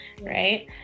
right